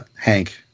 Hank